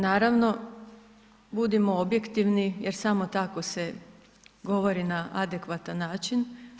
Naravno, budimo objektivni jer samo tako se govori na adekvatan način.